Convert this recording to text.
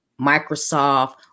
Microsoft